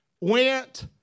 went